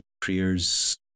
prayers